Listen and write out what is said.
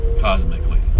cosmically